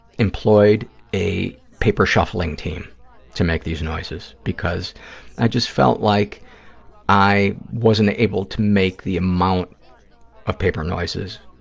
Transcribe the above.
employed a paper-shuffling team to make these noises, because i just felt like i wasn't able to make the amount of paper noises